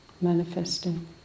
manifesting